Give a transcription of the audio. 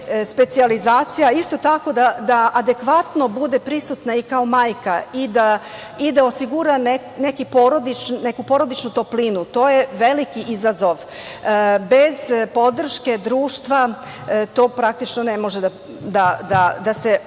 isto tako da bude prisutna i kao majka i da osigura neku porodičnu toplinu, to je veliki izazov. Bez podrške društva, to praktično ne može da se odradi.